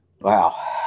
Wow